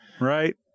Right